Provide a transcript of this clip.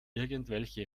irgendwelche